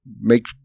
make